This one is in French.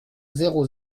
zéro